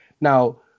Now